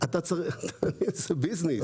זה ביזנס.